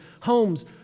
homes